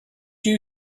you